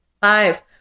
Five